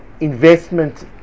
investment